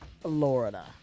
Florida